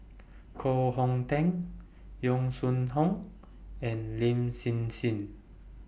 Koh Hong Teng Yong Sun Hoong and Lin Hsin Hsin